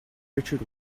richard